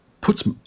puts